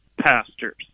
pastors